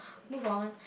move on